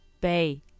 Bay